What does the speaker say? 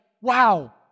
wow